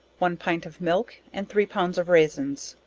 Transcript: one pint of milk and three pound of raisins.